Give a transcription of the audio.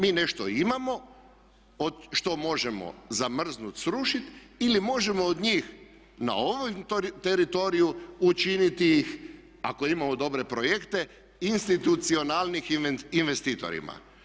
Mi nešto imamo što možemo zamrznuti, srušiti ili možemo od njih na ovom teritoriju učiniti ih, ako imamo dobre projekte, institucionalnim investitorima.